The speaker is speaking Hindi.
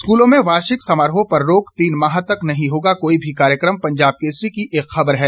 स्कूलों में वार्षिक समारोह पर रोक तीन माह तक नहीं होगा कोई भी कार्यक्रम पंजाब केसरी की एक खबर है